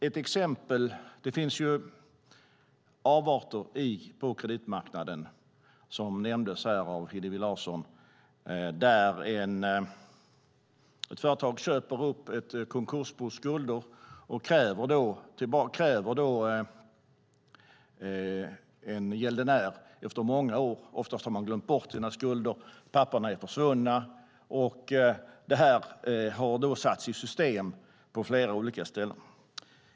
Hillevi Larsson nämnde avarter på kreditmarknaden, till exempel att ett företag köper upp ett konkursbos skulder och efter många år ställer krav på gäldenären. Oftast har man glömt bort sina skulder och papperen är försvunna. Detta har satts i system på flera olika ställen.